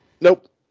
Nope